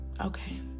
Okay